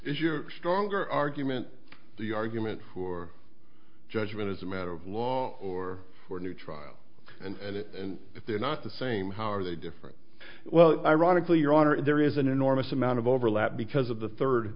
is your stronger argument the argument for judgment as a matter of law or for a new trial and if they're not the same how are they different well ironically your honor there is an enormous amount of overlap because of the third